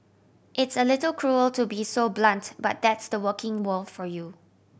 it's a little cruel to be so blunt but that's the working world for you